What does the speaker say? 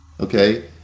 Okay